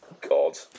God